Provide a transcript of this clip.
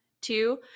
two